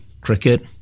cricket